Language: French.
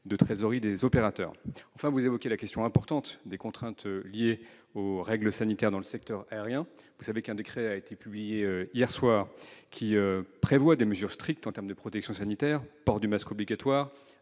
de trésorerie des opérateurs. Enfin, vous évoquez la question importante des contraintes liées aux règles sanitaires dans le secteur aérien. Le décret qui a été publié hier soir prévoit des mesures strictes en termes de protection sanitaire : port du masque obligatoire,